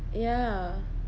ya